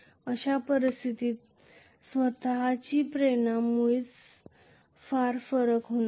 अशा परिस्थितीत self induction मध्ये व्हेरिएशन असणार नाही